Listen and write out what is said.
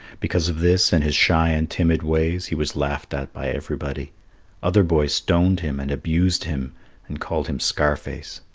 because of this and his shy and timid ways, he was laughed at by everybody other boys stoned him and abused him and called him scarface.